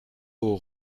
aux